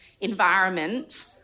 environment